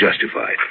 justified